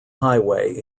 highway